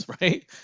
right